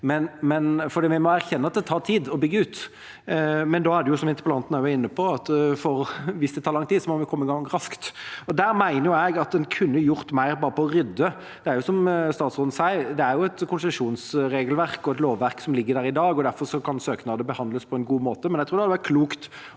vi må erkjenne at det tar tid å bygge ut. Men som interpellanten også var inne på, hvis det tar lang tid, må vi jo komme i gang raskt, og der mener jeg at en kunne gjort mer bare på å rydde. Som statsråden sier, er det et konsesjonsregelverk og et lovverk som ligger der i dag, og derfor kan søknader behandles på en god måte, men jeg tror det hadde vært klokt